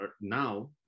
now